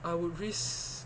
I would risk